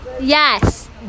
Yes